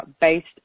based